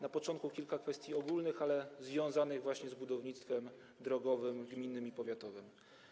Na początku kilka kwestii ogólnych, ale związanych z budownictwem drogowym gminnym i powiatowym.